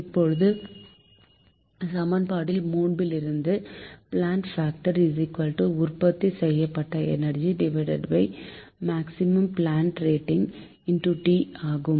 இப்போது சமன்பாடு 3 ல் இருந்து பிளான்ட் பாக்டர் உற்பத்தி செய்யப்பட்ட energy maximum plant rating T ஆகும்